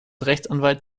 rechtsanwalt